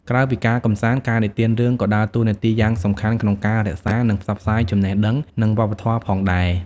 ក្រៅពីការកម្សាន្ត ការនិទានរឿងក៏ដើរតួនាទីយ៉ាងសំខាន់ក្នុងការ រក្សា និងផ្សព្វផ្សាយចំណេះដឹង និងវប្បធម៌ផងដែរ។